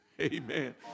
amen